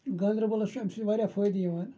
گاندربَلَس چھُ اَمہِ سۭتۍ واریاہ فٲیدٕ یِوان